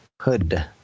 Hood